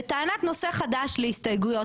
טענת נושא חדש להסתייגויות,